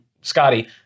Scotty